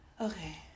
okay